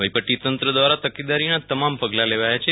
વહીવટીતંત્ર દ્રારા તકેદારીના તમામ પગલા લેવાયા છે